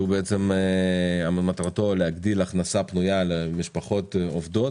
שהוא מטרתו להגדיל הכנסה פנויה למשפחות עובדות